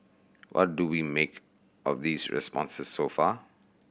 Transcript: what do we make of these responses so far